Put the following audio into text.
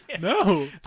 No